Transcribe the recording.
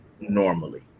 normally